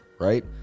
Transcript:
right